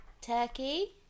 Turkey